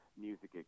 music